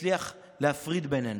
יצליח להפריד בינינו.